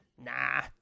Nah